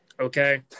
Okay